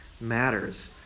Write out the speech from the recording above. matters